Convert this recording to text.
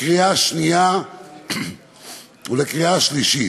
לקריאה השנייה ולקריאה השלישית.